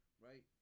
right